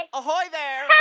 ah ahoy there.